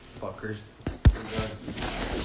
Fuckers